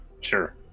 Sure